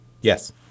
Yes